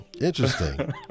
interesting